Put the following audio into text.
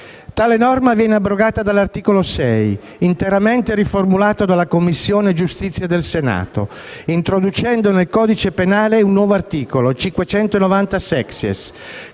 Tale norma viene abrogata dall'articolo 6, interamente riformulato dalla Commissione giustizia del Senato, introducendo nel codice penale un nuovo articolo, il 590-*sexies*,